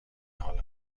حال